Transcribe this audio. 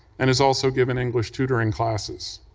and has also given english tutoring classes.